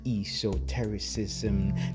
Esotericism